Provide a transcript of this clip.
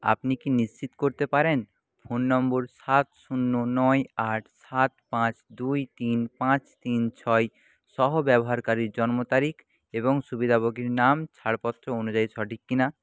আপনি কি নিশ্চিত করতে পারেন ফোন নম্বর সাত শুন্য নয় আট সাত পাঁচ দুই তিন পাঁচ তিন ছয় সহ ব্যবহারকারীর জন্মতারিখ এবং সুবিধাভোগীর নাম ছাড়পত্র অনুযায়ী সঠিক কিনা